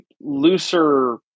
looser